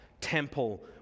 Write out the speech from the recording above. temple